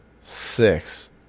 six